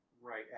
right